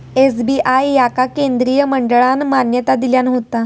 SBI याका केंद्रीय मंत्रिमंडळान मान्यता दिल्यान होता